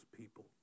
people